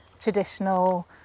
traditional